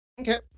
okay